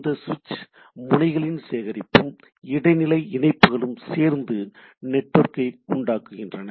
இந்த சுவிட்சிங் முனைகளின் சேகரிப்பும் இடைநிலை இணைப்புகளும் சேர்ந்து நெட்வொர்க்கை உண்டாக்குகின்றன